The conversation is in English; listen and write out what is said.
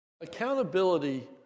accountability